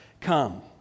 come